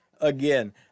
again